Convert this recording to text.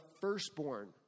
firstborn